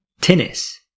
tennis